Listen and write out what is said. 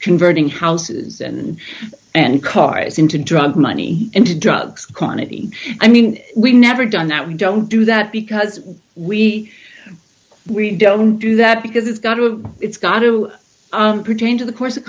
converting houses and and cars into drug money into drugs quantity i mean we've never done that we don't do that because we are we don't do that because it's got to it's got to pertain to the course of